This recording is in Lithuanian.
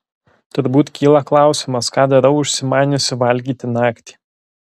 turbūt kyla klausimas ką darau užsimaniusi valgyti naktį